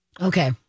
okay